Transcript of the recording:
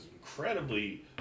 incredibly